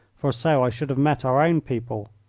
for so i should have met our own people.